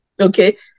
okay